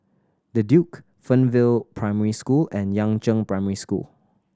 The Duke Fernvale Primary School and Yangzheng Primary School